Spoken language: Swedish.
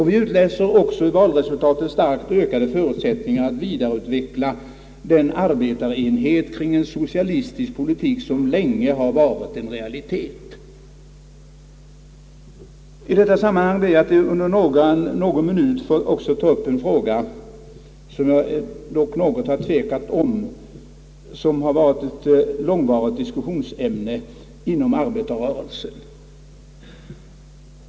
Vi utläser också ur valresultatet starkt ökade förutsättningar att vidareutveckla den arbetarenhet kring en socialistisk politik som länge har varit en realitet. I detta sammanhang ber jag att under någon minut också få ta upp en fråga, där jag dock har tvekat. Det är en fråga som har varit ämne för långvarig diskussion inom arbetarrörelsen.